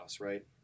right